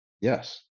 Yes